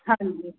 ਹਾਂਜੀ